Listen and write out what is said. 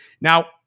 Now